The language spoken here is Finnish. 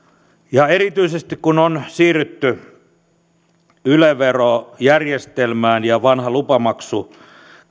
ja erityisesti kun on siirrytty yle verojärjestelmään ja vanha lupamaksukäytäntö